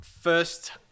First